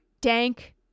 dank